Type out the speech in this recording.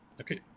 okay